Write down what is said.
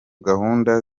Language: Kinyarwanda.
gahunda